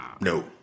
No